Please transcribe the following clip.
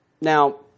Now